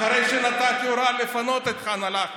אחרי שנתתי הוראה לפנות את ח'אן אל-אחמר.